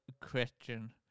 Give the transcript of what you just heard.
question